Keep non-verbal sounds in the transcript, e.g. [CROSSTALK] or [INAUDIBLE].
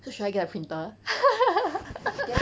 so should I get a printer [LAUGHS]